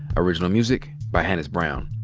original music by hannis brown.